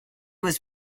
was